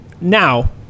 Now